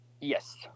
Yes